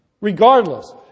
Regardless